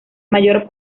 mayor